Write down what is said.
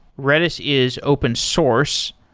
redis is open source.